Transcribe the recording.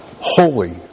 holy